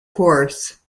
course